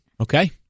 Okay